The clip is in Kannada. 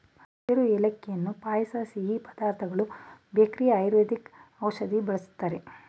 ಹಸಿರು ಏಲಕ್ಕಿಯನ್ನು ಪಾಯಸ ಸಿಹಿ ಪದಾರ್ಥಗಳು ಬೇಕರಿ ಆಯುರ್ವೇದಿಕ್ ಔಷಧಿ ಬಳ್ಸತ್ತರೆ